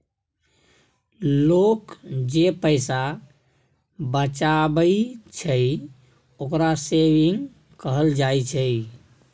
लोक जे पैसा बचाबइ छइ, ओकरा सेविंग कहल जाइ छइ